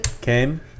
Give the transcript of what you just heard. Came